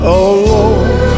alone